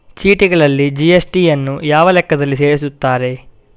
ಚೀಟಿಗಳಲ್ಲಿ ಜಿ.ಎಸ್.ಟಿ ಯನ್ನು ಯಾವ ಲೆಕ್ಕದಲ್ಲಿ ಸೇರಿಸುತ್ತಾರೆ?